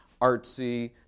artsy